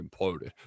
imploded